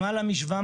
למעלה מ-700